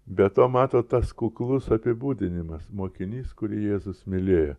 be to matot tas kuklus apibūdinimas mokinys kurį jėzus mylėjo